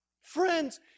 Friends